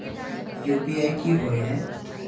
UPI की होय है?